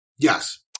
Yes